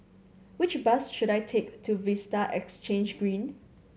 which bus should I take to Vista Exhange Green